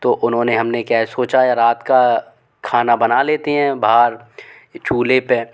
तो उन्होंने हम ने क्या सोचा या रात का खाना बना लेते हैं हम बाहर ही चूल्हे पर